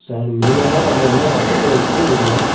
sir மினிமமாக பார்த்தீங்க அப்படின்னா பக்கத்தில் ஒரு ஸ்கூல் இருக்கணும்